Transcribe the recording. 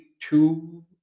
two